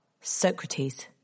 Socrates